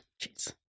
Jeez